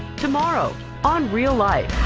tomorrow on real life,